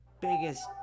biggest